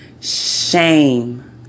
shame